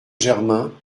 germain